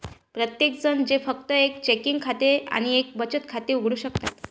प्रत्येकजण जे फक्त एक चेकिंग खाते आणि एक बचत खाते उघडू शकतात